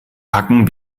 packen